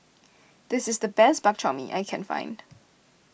this is the best Bak Chor Mee I can find